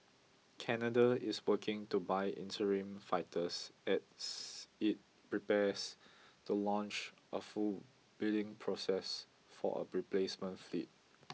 Canada is working to buy interim fighters as it prepares to launch a full bidding process for a replacement fleet